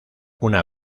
una